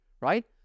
right